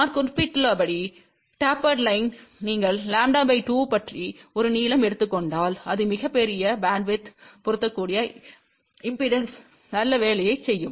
நான் குறிப்பிட்டுள்ளபடி டேப்பர்ட் லைன்க்கு நீங்கள் ʎ 2 பற்றி ஒரு நீளம் எடுத்துக் கொண்டால் அது மிகப் பெரிய பேண்ட்வித்யில் பொருந்தக்கூடிய இம்பெடன்ஸ்க்கான நல்ல வேலையைச் செய்யும்